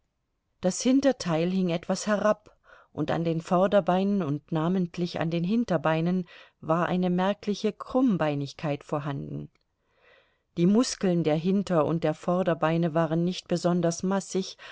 das hinterteil hing etwas herab und an den vorderbeinen und namentlich an den hinterbeinen war eine merkliche krummbeinigkeit vorhanden die muskeln der hinter und der vorderbeine waren nicht besonders massig